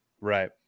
Right